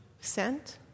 sent